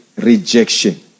rejection